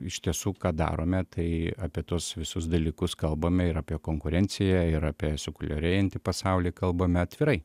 iš tiesų ką darome tai apie tuos visus dalykus kalbame ir apie konkurenciją ir apie sekuliarėjantį pasaulį kalbame atvirai